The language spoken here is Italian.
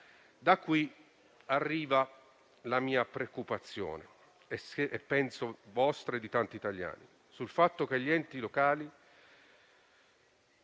Da qui arriva la mia preoccupazione - che penso sia anche la vostra e di tanti italiani - sul fatto che gli enti locali